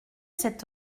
cet